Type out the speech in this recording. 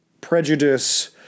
prejudice